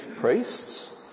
priests